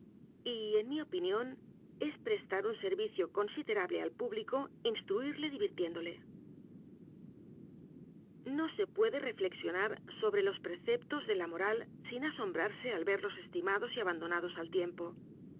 y en mi opinión es prestar un ser vicio considerable al público instruirle divirtiémdole no se puede reflexionar sobre los preceptos de la moral sin asombrarse al verlos estimados y abandonados al tiempo